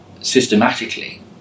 systematically